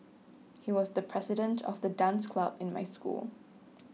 he was the president of the dance club in my school